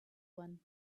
one